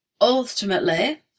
Ultimately